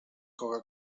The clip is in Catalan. coca